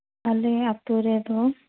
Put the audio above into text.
ᱟᱞᱮ ᱟᱹᱛᱩ ᱨᱮᱫᱚ